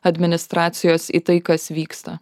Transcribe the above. administracijos į tai kas vyksta